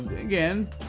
again